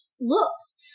looks